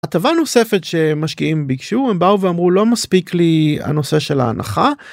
הטבה נוספת שמשקיעים ביקשו, הם באו ואמרו: "לא מספיק לי הנושא של ההנחה".